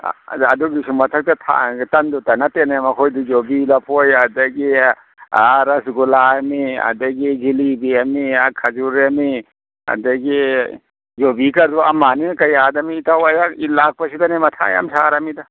ꯑꯗꯨꯒꯤꯁꯨ ꯃꯊꯛꯇ ꯇꯟꯗꯨꯇ ꯅꯠꯇꯦꯅꯦ ꯃꯈꯣꯏꯗꯤ ꯌꯣꯕꯤ ꯂꯐꯣꯏ ꯑꯗꯒꯤ ꯔꯁ ꯒꯨꯂꯥ ꯍꯥꯏꯃꯤ ꯑꯗꯒꯤ ꯖꯤꯂꯤꯕꯤ ꯍꯥꯏꯃꯤ ꯈꯥꯖꯨꯔ ꯍꯥꯏꯃꯤ ꯑꯗꯒꯤ ꯌꯨꯕꯤ ꯀꯗꯨ ꯑꯃ ꯑꯅꯤꯅꯀꯥ ꯌꯥꯗꯃꯤ ꯏꯇꯥꯎ ꯑꯩꯍꯥꯛ ꯏꯗ ꯂꯥꯛꯄꯁꯤꯗꯅꯦ ꯃꯊꯥ ꯌꯥꯝ ꯁꯥꯔꯃꯤꯗ